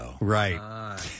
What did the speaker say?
Right